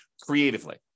creatively